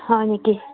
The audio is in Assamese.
হয় নেকি